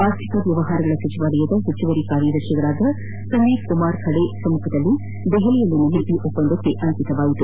ಆರ್ಥಿಕ ವ್ವವಹಾರಗಳ ಸಚಿವಾಲಯದ ಹೆಚ್ಚುವರಿ ಕಾರ್ಯದರ್ಶಿ ಸಮೀರ್ ಕುಮಾರ್ ಖರೆ ಸಮ್ಮಖದಲ್ಲಿ ದೆಹಲಿಯಲ್ಲಿ ನಿನ್ನೆ ಈ ಒಪ್ಪಂದವಾಗಿದೆ